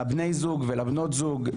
לבני זוג ולבנות זוג,